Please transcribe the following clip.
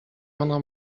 ona